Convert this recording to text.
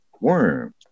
worm